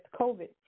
COVID